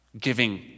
giving